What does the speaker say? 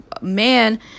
man